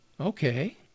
Okay